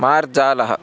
मार्जालः